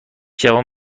جوان